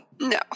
no